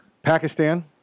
Pakistan